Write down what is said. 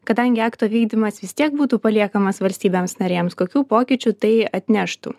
kadangi akto vykdymas vis tiek būtų paliekamas valstybėms narėms kokių pokyčių tai atneštų